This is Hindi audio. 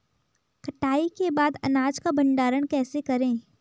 कटाई के बाद अनाज का भंडारण कैसे करें?